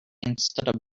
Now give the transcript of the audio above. instead